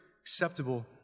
acceptable